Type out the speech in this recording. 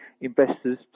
investors